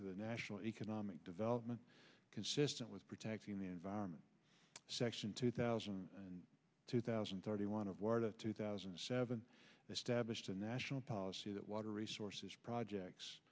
to the national economic development consistent with protecting the environment section two thousand and two thousand and thirty one of word of two thousand and seven established a national policy that water resources projects